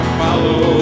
follow